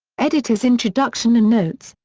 editor's introduction and notes,